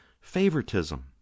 favoritism